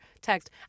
text